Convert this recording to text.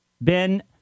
Ben